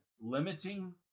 limiting